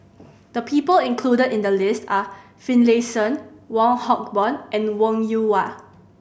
the people included in the list are Finlayson Wong Hock Boon and Wong Yoon Wah